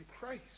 Christ